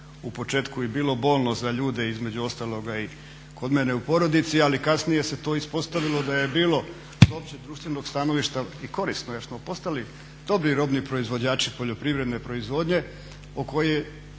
u početku i bilo bolno za ljude između ostaloga i kod mene u porodici. Ali kasnije se to ispostavilo da je bilo … društvenog stanovišta i korisno jer smo postali dobri robni proizvođači poljoprivredne proizvodnje, kolega